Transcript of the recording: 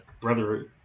brother